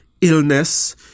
illness